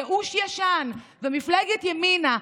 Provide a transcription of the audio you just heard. ייאוש ישן ומפלגת ימינה,